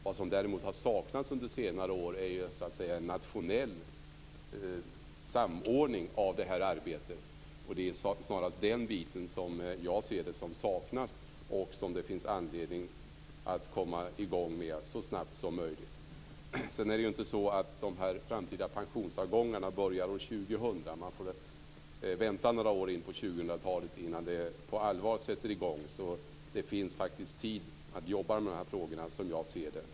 Vad som däremot har saknats under senare år är en nationell samordning av det här arbetet. Som jag ser det är det snarast den biten som saknas och som det finns anledning att komma i gång med så snabbt som möjligt. Sedan är det inte så att de framtida pensionsavgångarna börjar år 2000. Man får vänta några år in på 2000-talet innan det på allvar sätter i gång. Det finns faktiskt tid att jobba med de här frågorna, som jag ser det.